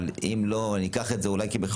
אבל אם לא ניקח את זה כמכלול,